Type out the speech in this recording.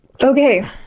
Okay